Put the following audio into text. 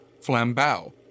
Flambeau